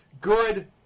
Good